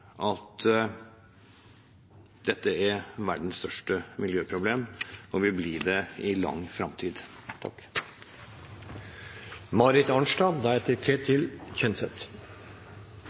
at dette er verdens største miljøproblem, og vil bli det i lang